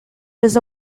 was